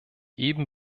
eben